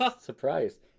surprised